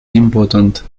important